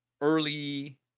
early